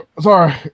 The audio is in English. sorry